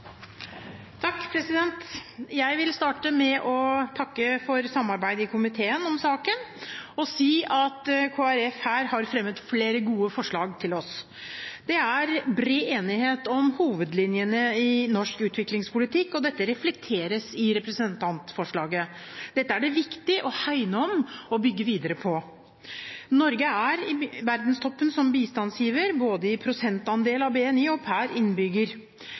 bred enighet om hovedlinjene i norsk utviklingspolitikk, og dette reflekteres i representantforslaget. Dette er det viktig å hegne om og bygge videre på. Norge er i verdenstoppen som bistandsgiver, både i prosentandel av BNI og per innbygger.